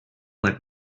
let